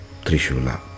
Trishula